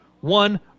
one